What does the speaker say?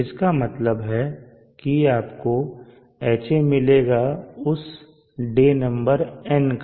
इसका मतलब है कि आपको Ha मिलेगा उस डे नंबर N का